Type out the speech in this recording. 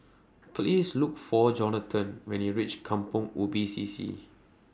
Please Look For Johnathan when YOU REACH Kampong Ubi C C